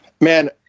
Man